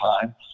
time